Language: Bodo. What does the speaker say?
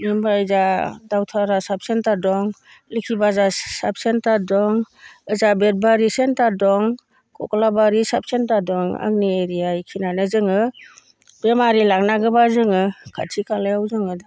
इनिफ्राय दा दावधारा साब सेन्टार दं लोखि बाजार साब सेन्टार दं ओजा बेदबारि सेन्टार दं कक्लाबारि साब सेन्टार दं आंनि एरिया इखिनियानो जोङो बेमारि लांनांगोब्ला जोङो खाथि खालायाव जोङो